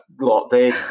lot—they